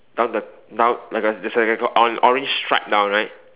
down the down like a there's like a o~ orange stripe down right